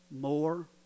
more